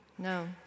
No